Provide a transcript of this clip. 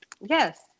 Yes